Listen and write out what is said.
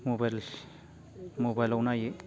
मबाइलाव नायो